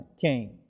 came